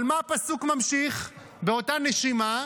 אבל מה הפסוק ממשיך באותה נשימה?